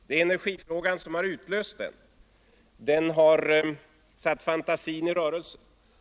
Det är energifrågan som har utlöst den debatten och satt fantasin i rörelse.